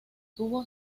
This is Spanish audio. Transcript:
tuvo